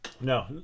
No